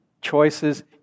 choices